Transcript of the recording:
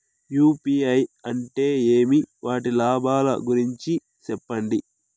UPI అంటే ఏమి? వాటి లాభాల గురించి సెప్పండి?